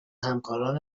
همکاران